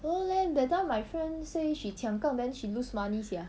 don't know leh that time my friend say she 抢杠 then she lose money sia